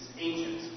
ancient